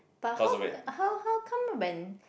but how how how come when